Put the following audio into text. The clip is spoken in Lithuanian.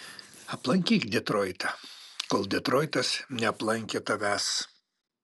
aplankyk detroitą kol detroitas neaplankė tavęs